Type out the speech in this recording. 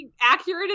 accurate